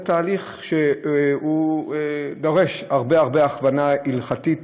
זה תהליך שדורש הרבה הרבה הכוונה הלכתית,